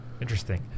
Interesting